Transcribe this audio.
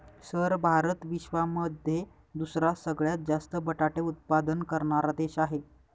sir Bharat विश्वामध्ये दुसरा सगळ्यात जास्त बटाटे उत्पादन करणारा देश आहे